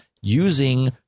using